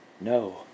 No